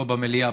לא במליאה,